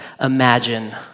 imagine